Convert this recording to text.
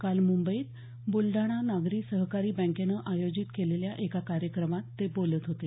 काल मुंबईत बुलडाणा नागरी सहकारी बँकेनं आयोजित केलेल्या एका कार्यक्रमात ते बोलत होते